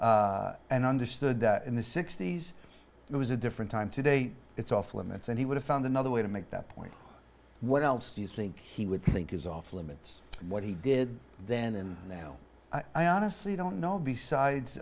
and understood that in the sixty's it was a different time today it's off limits and he would have found another way to make that point what else do you think he would think is off limits what he did then and now i honestly don't know besides